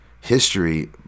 history